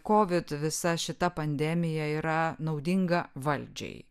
kovid visa šita pandemija yra naudinga valdžiai